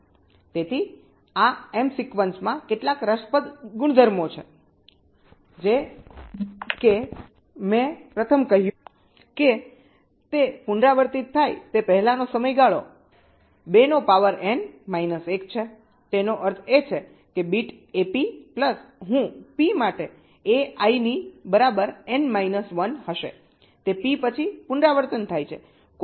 તેથી આ એમ સિક્વન્સમાં કેટલાક રસપ્રદ ગુણધર્મો પણ છે જેમ કે મેં પ્રથમ કહ્યું તે પુનરાવર્તિત થાય તે પહેલાંનો સમયગાળો 2 નો પાવર n માઇનસ 1 છે તેનો અર્થ એ છે કે બીટ એપી પ્લસ હું પી માટે એઆઈની બરાબર એન માઇનસ 1 હશે તે પી પછી પુનરાવર્તન થાય છે